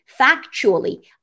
factually